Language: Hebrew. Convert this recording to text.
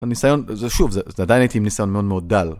הניסיון זה שוב זה עדיין הייתי עם ניסיון מאוד מאוד דל.